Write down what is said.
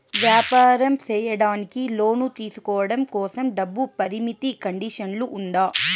వ్యాపారం సేయడానికి లోను తీసుకోవడం కోసం, డబ్బు పరిమితి కండిషన్లు ఉందా?